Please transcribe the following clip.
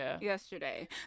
yesterday